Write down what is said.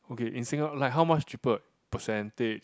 okay in singa~ like how much cheaper percentage